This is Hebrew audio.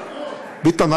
ביטן,